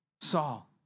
Saul